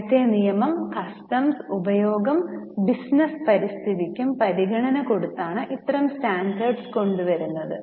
രാജ്യത്തെ നിയമം കസ്റ്റംസ് ഉപയോഗം ബിസിനസ് പരിസ്ഥിതിക്കും പരിഗണന കൊടുത്താണ് ഇത്തരം സ്റ്റാൻഡേർഡ്സ് കൊണ്ടുവരുന്നത്